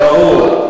ברור.